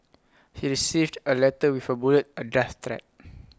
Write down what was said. he received A letter with A bullet A death threat